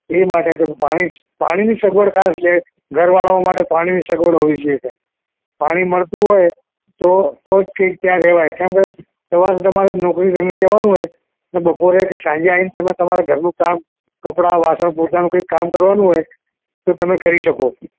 એ માટે સાહેબ પાણી પાણીની સગવડ ખાસ ઘરવાળાઓ માટે પાણીની સગવડ હોવી જોઈએ સાહેબ પાણી મળતું હોઈ તો જ કઇક ત્યાં રહેવાય કેમ કે સવારે તમારે નોકરી ધંધે જવાનું હોય ને બપોરે કે સાંજે આવીને તમે તમારે ઘરનું કામ કપડાં વાસણ પોતાનું કંઈક કામ કરવાનું હોય તો તમે કરી શકો